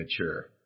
mature